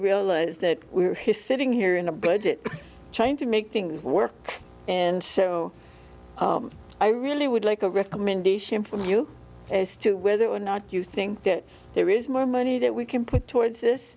realize that we're his sitting here in a budget trying to make things work in so i really would like a recommendation from you as to whether or not you think that there is more money that we can put towards this